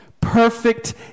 perfect